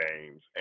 games